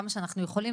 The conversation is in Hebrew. כמה שאנחנו יכולים,